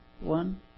one